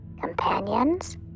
Companions